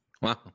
wow